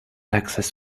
access